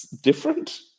different